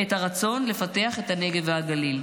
את הרצון לפתח את הנגב והגליל.